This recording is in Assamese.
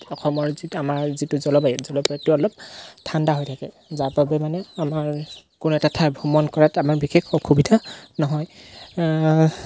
অসমৰ যিটো আমাৰ যিটো জলবায়ু জলবায়ুটো অলপ ঠাণ্ডা হৈ থাকে যাৰ বাবে মানে আমাৰ কোনো এটা ঠাই ভ্ৰমণ কৰাত আমাৰ বিশেষ অসুবিধা নহয়